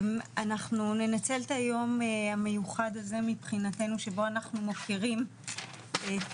אנחנו ננצל את היום המיוחד הזה מבחינתנו שבו אנחנו מוקירים את